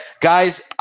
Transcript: Guys